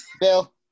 Bill